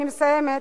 אני מסיימת,